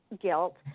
guilt